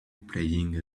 playing